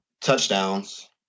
touchdowns